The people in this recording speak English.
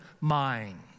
mind